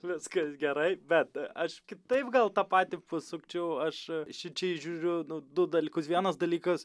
viskas gerai bet aš kitaip gal tą patį pasukčiau aš šičia įžiūriu du dalykus vienas dalykas